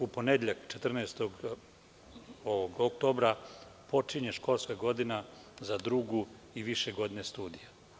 U ponedeljak 14. oktobra počinje školska godina za drugu i više godine studija.